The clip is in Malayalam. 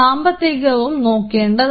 സാമ്പത്തികവും നോക്കേണ്ടതാണ്